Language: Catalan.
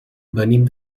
venim